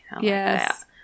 Yes